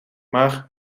maar